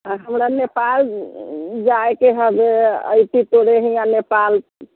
हमरा नेपाल जाइके हबे आबैत छी तोरे इहाँ नेपाल